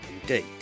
indeed